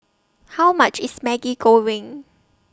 How much IS Maggi Goreng